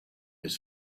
his